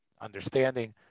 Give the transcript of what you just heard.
understanding